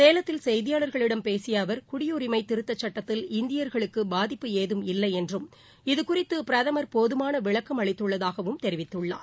சேலத்தில் செய்தியாளர்களிடம் பேசிய அவர் குடியுரிமை திருத்த சுட்டத்தில் இந்தியர்களுக்கு பாதிப்பு ஏதும் இல்லை என்றும் இது குறிதது பிரதமர் போதமான விளக்கம் அளித்துள்ளதாகக் தெரிவித்துள்ளார்